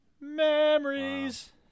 Memories